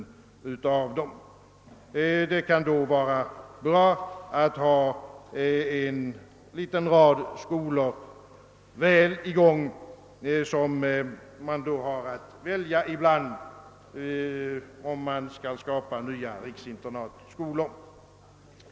Det kan då vara bra att ha en liten rad skolor i gång som man har att välja ibland, om man skall skapa nya riksinternatskolor.